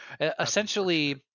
Essentially